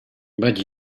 but